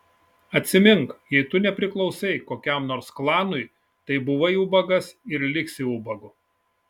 atsimink jei tu nepriklausai kokiam nors klanui tai buvai ubagas ir liksi ubagu